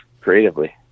creatively